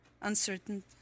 uncertain